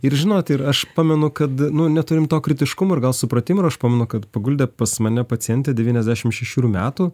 ir žinot ir aš pamenu kad nu neturim to kritiškumo ir gal supratimo ir aš pamenu kad paguldė pas mane pacientę devyniasdešimt šešerių metų